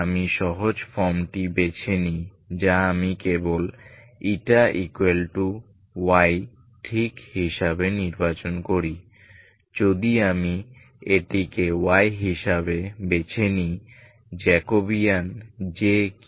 আমি সহজ ফর্মটি বেছে নিই যা আমি কেবল y ঠিক হিসাবে নির্বাচন করি যদি আমি এটিকে y হিসাবে বেছে নিই জ্যাকোবিয়ান কি